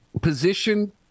position